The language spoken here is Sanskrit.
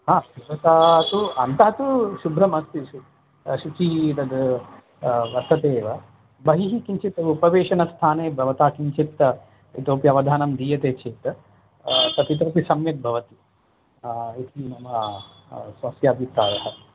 हा स्वच्छता तु अन्ता तु शुभ्रमस्ति शुचिः तद् वर्तते एव बहिः किञ्चित् उपवेशनस्थाने भवता किञ्चित् इतोपि अवधानं दीयते चेत् तदितोपि सम्यक् भवति इति मम स्वस्यभिप्रायः